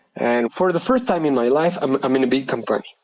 and for the first time in my life, i'm i'm going to big company.